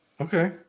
Okay